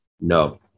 No